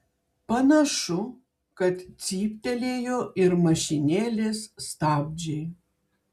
panašu kad cyptelėjo ir mašinėlės stabdžiai